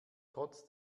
trotz